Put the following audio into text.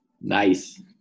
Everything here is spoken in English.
Nice